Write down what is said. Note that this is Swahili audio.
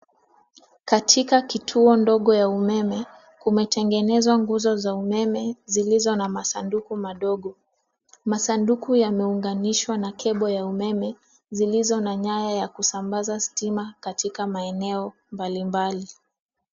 Katika kituo dogo ya umeme kumetegenezwa guzo za umeme zilizo na masaduku madogo. Msadaku yameuganishwa na cable ya umeme zilizo na nyaya za kusambaza stima katika maeneo mbali mbali.